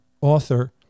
author